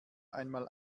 einmal